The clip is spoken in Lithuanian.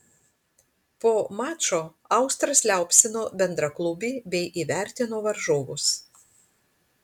po mačo austras liaupsino bendraklubį bei įvertino varžovus